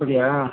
அப்படியா